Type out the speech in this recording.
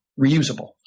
reusable